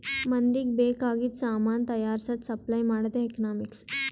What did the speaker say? ಮಂದಿಗ್ ಬೇಕ್ ಆಗಿದು ಸಾಮಾನ್ ತೈಯಾರ್ಸದ್, ಸಪ್ಲೈ ಮಾಡದೆ ಎಕನಾಮಿಕ್ಸ್